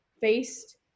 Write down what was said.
faced